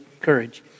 courage